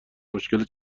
مشکل